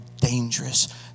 dangerous